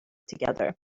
together